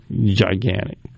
gigantic